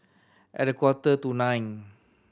at a quarter to nine